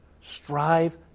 Strive